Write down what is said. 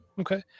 Okay